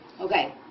okay